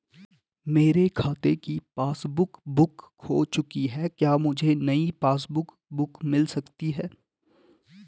मेरे खाते की पासबुक बुक खो चुकी है क्या मुझे नयी पासबुक बुक मिल सकती है?